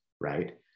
right